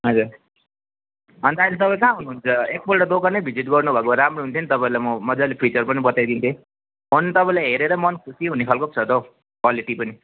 हजुर अन्त अहिले तपाईँ कहाँ हुनुहुन्छ एकपल्ट दोकान नै भिजिट गर्नु भएको भए राम्रो हुन्थ्यो नि तपाईँलाई म मजाले फिचर पनि बताइदिन्थेँ फोन तपाईँले हेरेरै मन खुसी हुने खाल्को पो छ त हौ क्वालिटी पनि